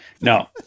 no